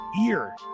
ear